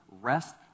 rest